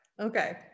okay